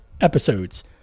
episodes